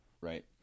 right